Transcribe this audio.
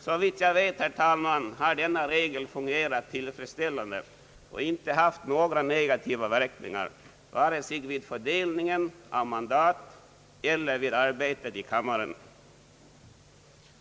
Såvitt jag vet, herr talman, har denna regel fungerat tillfredsställande och inte haft några negativa verkningar vare sig vid fördelningen av mandaten eller vid arbetet i kammaren.